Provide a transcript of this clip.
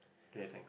okay tha~